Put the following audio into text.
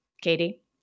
Katie